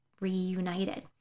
reunited